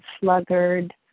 sluggard